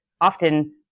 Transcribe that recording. often